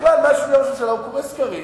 בכלל, מאז שהוא נהיה ראש ממשלה הוא קורא סקרים,